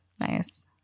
nice